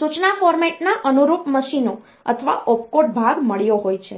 સૂચના ફોર્મેટના અનુરૂપ મશીનો અથવા ઓપકોડ ભાગ મળ્યો હોય છે